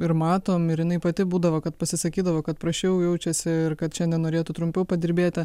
ir matom ir jinai pati būdavo kad pasisakydavo kad prasčiau jaučiasi ir kad šiandien norėtų trumpiau padirbėti